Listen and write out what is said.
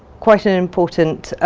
quite an important